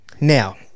now